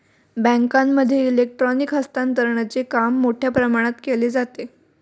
बँकांमध्ये इलेक्ट्रॉनिक हस्तांतरणचे काम मोठ्या प्रमाणात केले जाते